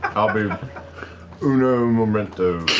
i'll be uno momento.